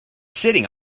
sitting